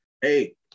Hey